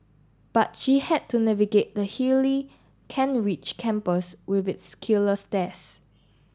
but she had to navigate the hilly Kent Ridge campus with its killer stairs